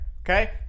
okay